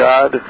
God